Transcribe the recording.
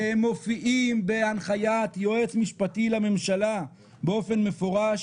שמופיע בהנחיית יועץ משפטי לממשלה באופן מפורש